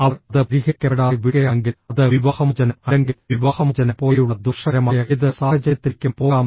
അവർ അത് പരിഹരിക്കപ്പെടാതെ വിടുകയാണെങ്കിൽ അത് വിവാഹമോചനം അല്ലെങ്കിൽ വിവാഹമോചനം പോലെയുള്ള ദോഷകരമായ ഏത് സാഹചര്യത്തിലേക്കും പോകാം